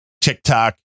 TikTok